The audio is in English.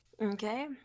Okay